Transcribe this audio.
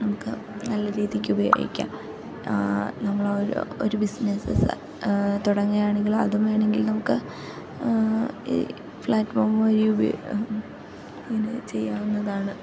നമുക്ക് നല്ല രീതിക്ക് ഉപയോഗിക്കാം നമ്മളൊരു ഒരു ബിസിനസ്സ് തുടങ്ങണമെങ്കിൽ അതും വേണമെങ്കിൽ നമുക്ക് ഈ ഫ്ലാറ്റ്ഫോം വഴി ഉപയോ ഇങ്ങനെ ചെയ്യാവുന്നതാണ്